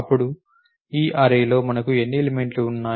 ఇప్పుడు ఈ అర్రే లో మనకు ఎన్ని ఎలిమెంట్లు ఉన్నాయి